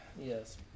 Yes